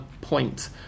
point